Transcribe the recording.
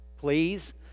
please